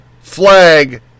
flag